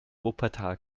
wuppertal